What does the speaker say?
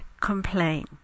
complain